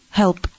help